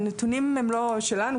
הנתונים הם לא שלנו,